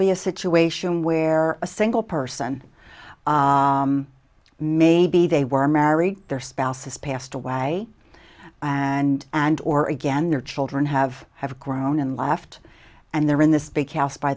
be a situation where a single person maybe they were married their spouses passed away and and or again their children have have grown and left and they're in this big house by